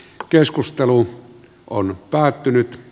keskustelu on päättynyt